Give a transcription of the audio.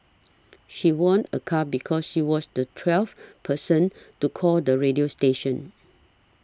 she won a car because she was the twelfth person to call the radio station